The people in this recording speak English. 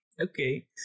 okay